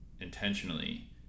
intentionally